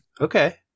Okay